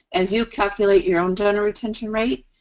as you calculate your own donor retention rate,